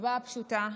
מהסיבה הפשוטה,